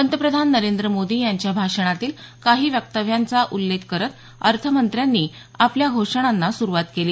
पंतप्रधान नरेंद्र मोदी यांच्या भाषणातील काही वक्तव्यांच्या उल्लेख करत अर्थमंत्र्यांनी आपल्या घोषणांना सुरुवात केली